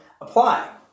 Apply